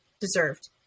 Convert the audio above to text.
deserved